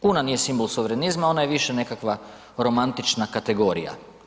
Kuna nije simbol suverenizma ona je više nekakva romantična kategorija.